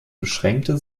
beschränkte